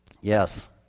yes